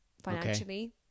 financially